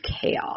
Chaos